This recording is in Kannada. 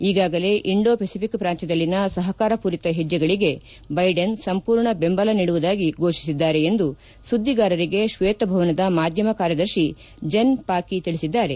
ಈಗಾಗಲೇ ಇಂಡೋ ಪೆಸಿಫಿಕ್ ಪ್ರಾಂತ್ವದಲ್ಲಿನ ಸಹಕಾರಪೂರಿತ ಹೆಜ್ಜೆಗಳಿಗೆ ಬೈಡೆನ್ ಸಂಪೂರ್ಣ ಬೆಂಬಲ ನೀಡುವುದಾಗಿ ಘೋಷಿಸಿದ್ದಾರೆ ಎಂದು ಸುದ್ದಿಗಾರರಿಗೆ ಕ್ಷೇತಭವನದ ಮಾಧ್ಯಮ ಕಾರ್ಯದರ್ಶಿ ಜೆನ್ ಪಾಕಿ ತಿಳಿಸಿದ್ದಾರೆ